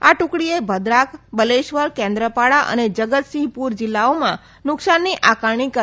આ ટુકડીએ ભદ્રાક બલેશ્વર કેન્દ્રપાડા અને જગતસિંહ પુર જિલ્લાઓમાં નુકસાનની આકારણી કરી